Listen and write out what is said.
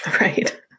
Right